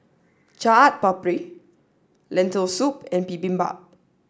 Chaat Papri Lentil Soup and Bibimbap